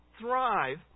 thrive